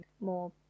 more